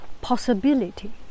possibility